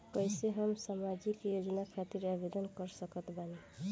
कैसे हम सामाजिक योजना खातिर आवेदन कर सकत बानी?